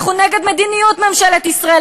אנחנו נגד מדיניות ממשלת ישראל,